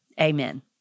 amen